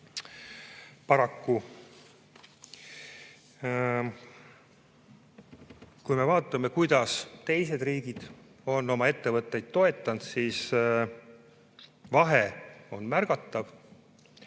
läheb. Kui me vaatame, kuidas teised riigid on oma ettevõtteid toetanud, siis vahe on märgatav.